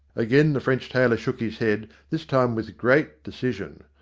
again the french tailor shook his head, this time with great decision.